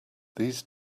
these